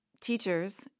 Teachers